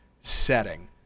Setting